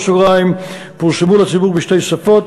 פורסמו לציבור בשתי שפות,